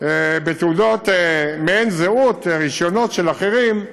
במעין תעודות-זהות, רישיונות של אחרים,